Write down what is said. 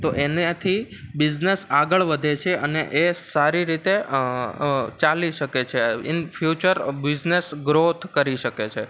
તો એનાથી બિઝનેસ આગળ વધે છે અને એ સારી રીતે ચાલી શકે છે ઇન ફ્યુચર બિઝનેસ ગ્રોથ કરી શકે છે